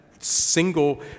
single